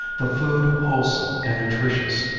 the food wholesome and nutritious,